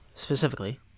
Specifically